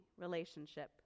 relationship